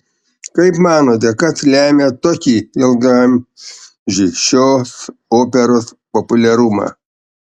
kaip manote kas lemia tokį ilgaamžį šios operos populiarumą